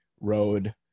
road